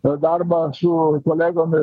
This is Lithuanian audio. per darbą su kolegomis